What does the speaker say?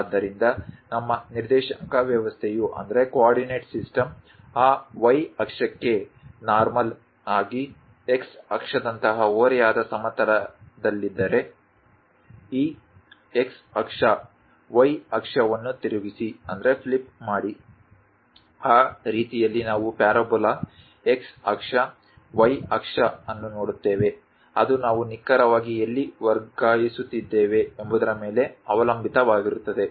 ಆದ್ದರಿಂದ ನಮ್ಮ ನಿರ್ದೇಶಾಂಕ ವ್ಯವಸ್ಥೆಯು ಆ y ಅಕ್ಷಕ್ಕೆ ನರ್ಮಲ್ ಆಗಿ x ಅಕ್ಷದಂತಹ ಓರೆಯಾದ ಸಮತಲದಲ್ಲಿದ್ದರೆ ಈ x ಅಕ್ಷ y ಅಕ್ಷವನ್ನು ತಿರುಗಿಸಿ ಆ ರೀತಿಯಲ್ಲಿ ನಾವು ಪ್ಯಾರಾಬೋಲಾ X ಅಕ್ಷ y ಅಕ್ಷ ಅನ್ನು ನೋಡುತ್ತೇವೆ ಅದು ನಾವು ನಿಖರವಾಗಿ ಎಲ್ಲಿ ವರ್ಗಯಿಸುತ್ತಿದ್ದೇವೆ ಎಂಬುದರ ಮೇಲೆ ಅವಲಂಬಿತವಾಗಿರುತ್ತದೆ